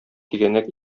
тигәнәк